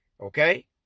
Okay